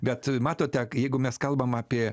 bet matote jeigu mes kalbam apie